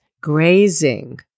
Grazing